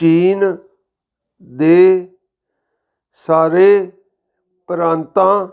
ਚੀਨ ਦੇ ਸਾਰੇ ਪ੍ਰਾਂਤਾਂ